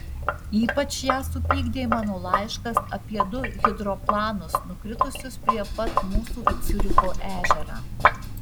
ypač ją supykdė mano laiškas apie du hidroplanus nukritusius prie pat mūsų į ciuricho ežerą